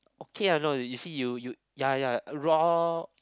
okay ah no you see you you ya ya raw